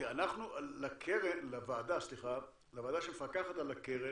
אנחנו, לוועדה שמפקחת על הקרן,